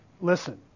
listen